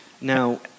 Now